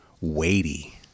weighty